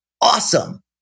awesome